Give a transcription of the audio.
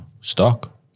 stock